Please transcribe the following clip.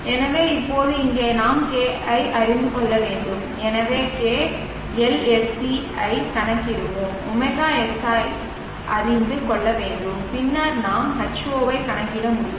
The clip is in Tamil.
எனவே இப்போது இங்கே நாம் k ஐ அறிந்து கொள்ள வேண்டும் எனவே k Lsc ஐ கணக்கிடுவோம் ωsr ஐ அறிந்து கொள்ள வேண்டும் பின்னர் நாம் H0 ஐ கணக்கிட முடியும்